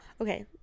Okay